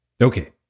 Okay